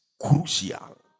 crucial